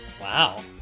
Wow